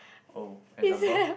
oh example